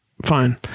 Fine